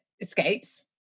escapes